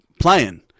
playing